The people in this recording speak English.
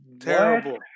Terrible